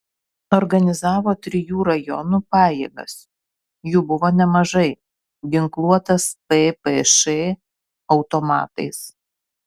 organizavo trijų rajonų pajėgas jų buvo nemažai ginkluotos ppš automatais